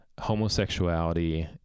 homosexuality